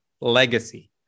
legacy